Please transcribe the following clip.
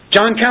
John